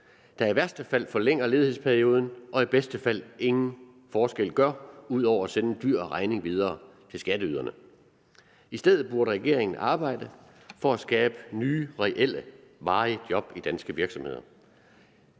der i værste fald forlænger ledighedsperioden og i bedste fald ingen forskel gør ud over at sende en dyr regning videre til skatteyderne. I stedet burde regeringen arbejde for at skabe nye, reelle, varige job i danske virksomheder.